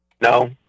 No